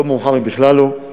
טוב מאוחר מאשר בכלל לא.